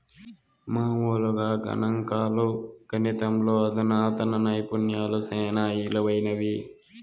మామూలుగా గణంకాలు, గణితంలో అధునాతన నైపుణ్యాలు సేనా ఇలువైనవి